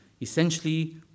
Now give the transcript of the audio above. essentially